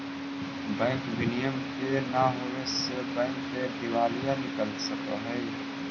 bank विनियम के न होवे से बैंक के दिवालिया निकल सकऽ हइ